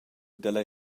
dalla